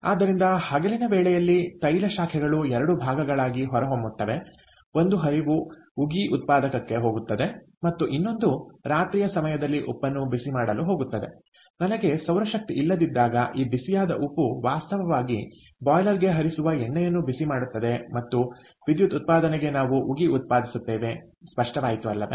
ಆದ್ದರಿಂದ ಹಗಲಿನ ವೇಳೆಯಲ್ಲಿ ತೈಲ ಶಾಖೆಗಳು 2 ಭಾಗಗಳಾಗಿ ಹೊರಹೊಮ್ಮುತ್ತವೆ ಒಂದು ಹರಿವು ಉಗಿ ಉತ್ಪಾದಕಕ್ಕೆ ಹೋಗುತ್ತದೆ ಮತ್ತು ಇನ್ನೊಂದು ರಾತ್ರಿಯ ಸಮಯದಲ್ಲಿ ಉಪ್ಪನ್ನು ಬಿಸಿಮಾಡಲು ಹೋಗುತ್ತದೆ ನನಗೆ ಸೌರಶಕ್ತಿ ಇಲ್ಲದಿದ್ದಾಗ ಈ ಬಿಸಿಯಾದ ಉಪ್ಪು ವಾಸ್ತವವಾಗಿ ಬಾಯ್ಲರ್ಗೆ ಹರಿಸುವ ಎಣ್ಣೆಯನ್ನು ಬಿಸಿ ಮಾಡುತ್ತದೆ ಮತ್ತು ವಿದ್ಯುತ್ ಉತ್ಪಾದನೆಗೆ ನಾವು ಉಗಿ ಉತ್ಪಾದಿಸುತ್ತೇವೆ ಸ್ಪಷ್ಟವಾಯಿತು ಅಲ್ಲವೇ